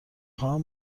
خواهم